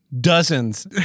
Dozens